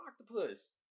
octopus